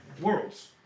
worlds